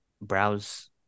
browse